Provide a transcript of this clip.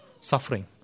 suffering